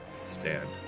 stand